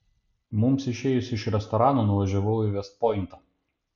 mums išėjus iš restorano nuvažiavau į vest pointą